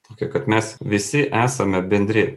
tokią kad mes visi esame bendri